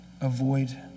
avoid